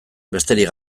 besterik